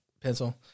pencil